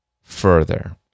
further